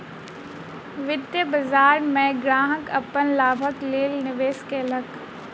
वित्तीय बाजार में ग्राहक अपन लाभक लेल निवेश केलक